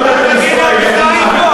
מה אתה בדיוק לא מכתיב להם?